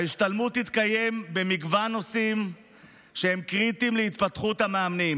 ההשתלמות תתקיים במגוון נושאים קריטיים להתפתחות המאמנים,